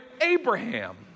Abraham